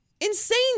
insane